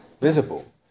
visible